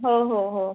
हो हो हो